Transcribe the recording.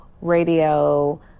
radio